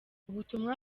ubutumwa